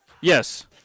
Yes